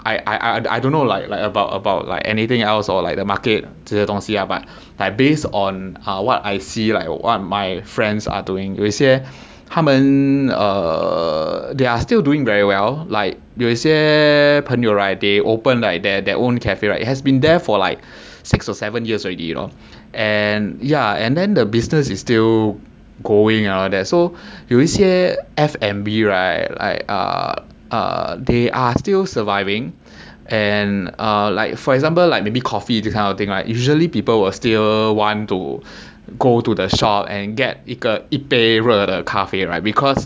I I I don't know like like about about like anything else or like the market 这些东西 lah but like based on uh what I see like what my friends are doing 有一些他们 err they are still doing very well like 有一些朋友 right they open like their their own cafe right it has been there for like six or seven years already you know and yeah and then the business is still going and on so 有一些 F&B right I err err they are still surviving and uh like for example like maybe coffee this kind of thing right usually people will still want to go to the shop and get 一个一杯热的咖啡 right because